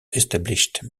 established